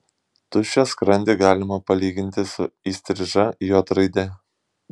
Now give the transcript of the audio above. tuščią skrandį galima palyginti su įstriža j raide